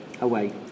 away